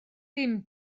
dim